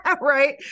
Right